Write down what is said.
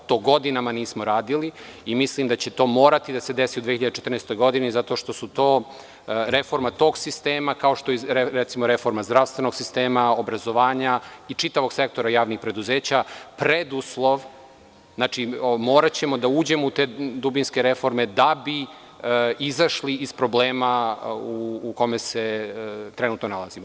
To godinama nismo radili i mislim da će to morati da se desi u 2014. godini, zato što su to reforme tog sistema, kao što je recimo reforma zdravstvenog sistema, obrazovanja i čitavog sektora javnih preduzeća preduslov, moraćemo da uđemo u te dubinske reforme, da bi izašli iz problema u kojima se trenutno nalazimo.